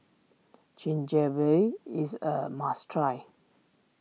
is a must try